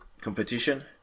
competition